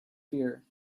fear